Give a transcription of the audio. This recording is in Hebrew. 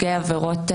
עבירה,